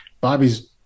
Bobby's